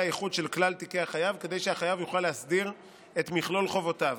איחוד של כלל תיקי החייב כדי שהחייב יוכל להסדיר את מכלול חובותיו.